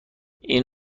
این